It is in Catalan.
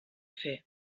fer